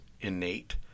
innate